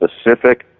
specific